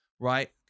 right